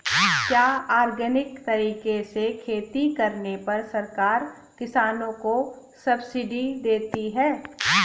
क्या ऑर्गेनिक तरीके से खेती करने पर सरकार किसानों को सब्सिडी देती है?